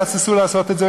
יהססו לעשות את זה,